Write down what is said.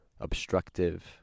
obstructive